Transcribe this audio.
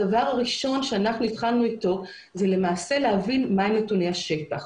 הדבר הראשון אתו התחלנו זה למעשה להבין מה הם נתוני השטח.